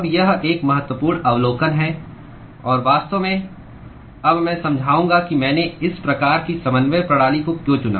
अब यह एक महत्वपूर्ण अवलोकन है और वास्तव में अब मैं समझाऊंगा कि मैंने इस प्रकार की समन्वय प्रणाली को क्यों चुना